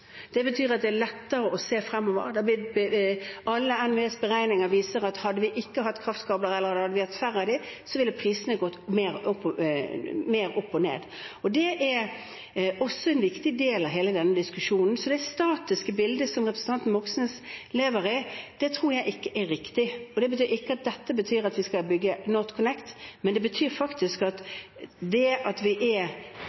Det betyr at det er lettere å se fremover. Alle NVEs beregninger viser at hadde vi ikke hatt kraftkabler, eller hadde vi hatt færre av dem, ville prisene gått mer opp og ned. Det er også en viktig del av hele denne diskusjonen. Så det statiske bildet som representanten Moxnes lever i, tror jeg ikke er riktig. Det betyr ikke at dette betyr at vi skal bygge NorthConnect, men det betyr faktisk at